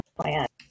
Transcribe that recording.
plant